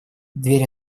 дверь